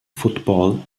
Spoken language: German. football